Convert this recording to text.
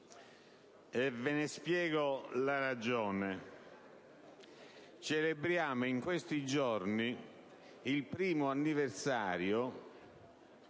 e ve ne spiego la ragione. Celebriamo in questi giorni il primo anniversario